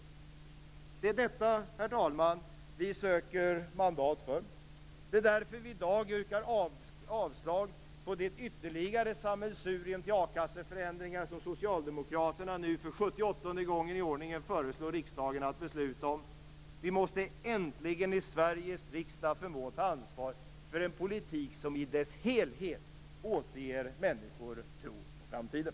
Det är detta, herr talman, vi söker mandat för. Det är därför vi i dag yrkar avslag på det ytterligare sammelsurium till a-kasseförändringar som socialdemokraterna nu för 78:e gången i ordningen föreslår riksdagen att besluta om. Vi måste äntligen i Sveriges riksdag förmå ta ansvar för en politik som i dess helhet återger människor tro på framtiden.